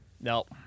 Nope